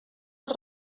els